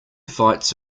fights